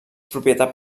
propietat